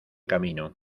camino